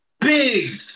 big